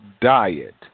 diet